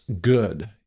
good